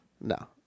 No